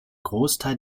großteil